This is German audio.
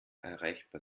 erreichbar